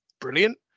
brilliant